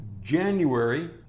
January